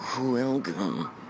Welcome